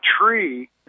tree